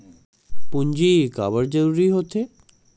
पूंजी का बार जरूरी हो थे?